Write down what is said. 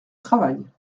travail